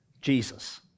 Jesus